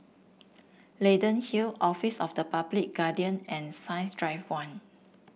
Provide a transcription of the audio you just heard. Leyden Hill Office of the Public Guardian and Science Drive One